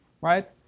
right